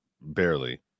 barely